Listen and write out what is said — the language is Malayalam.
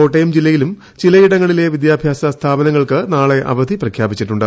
കോട്ടയം ജില്ലയിലും ചിലയിടങ്ങളിലെ വിദ്യാഭ്യാസ സ്ഥാപനങ്ങൾക്ക് നാളെ അവധി പ്രഖ്യാപിച്ചിട്ടുണ്ട്